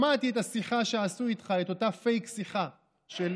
שמעתי על אותה פייק שיחה שעשו איתך,